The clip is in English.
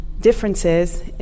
differences